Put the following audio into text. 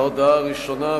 ההודעה הראשונה,